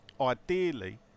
Ideally